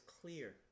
clear